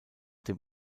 dem